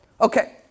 Okay